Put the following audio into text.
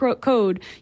code